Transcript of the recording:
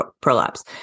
prolapse